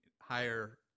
higher